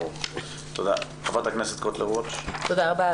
תודה רבה,